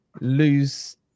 lose